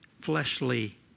fleshly